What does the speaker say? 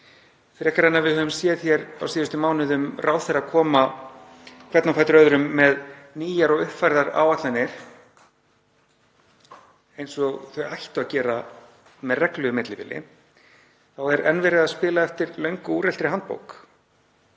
þess að hafa séð hér á síðustu mánuðum ráðherra koma hvern á fætur öðrum með nýjar og uppfærðar áætlanir eins og þau ættu að gera með reglulegu millibili. Enn er verið að spila eftir löngu úreltri handbók.